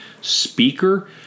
speaker